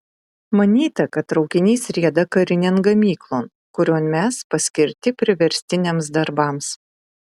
manyta kad traukinys rieda karinėn gamyklon kurion mes paskirti priverstiniams darbams